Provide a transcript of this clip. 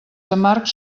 amargs